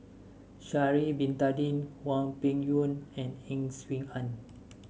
Sha'ari Bin Tadin Hwang Peng Yuan and Ang Swee Aun